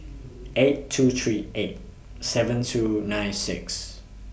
eight two three eight seven two nine six